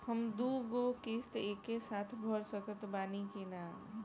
हम दु गो किश्त एके साथ भर सकत बानी की ना?